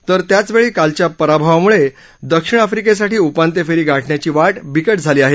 तर त्याचवेळी कालच्या पराभवामुळे दक्षिण अफ्रिकेसाठी उपांत्य फेरी गाठण्याची वाट बिकट झाली आहे